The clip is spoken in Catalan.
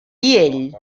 ell